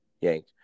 Yank